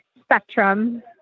spectrum